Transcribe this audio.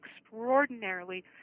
extraordinarily